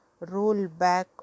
rollback